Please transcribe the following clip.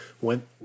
went